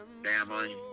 family